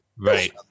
right